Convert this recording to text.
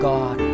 God